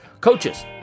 coaches